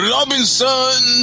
Robinson